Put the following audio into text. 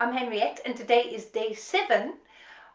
i'm henriette and today is day seven